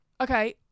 okay